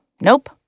Nope